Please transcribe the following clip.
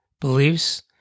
beliefs